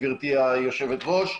גבירתי היושבת-ראש,